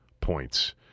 points